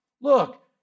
look